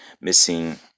missing